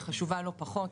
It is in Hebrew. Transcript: היא חשובה לא פחות,